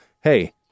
Hey